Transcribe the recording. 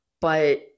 But-